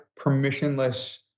permissionless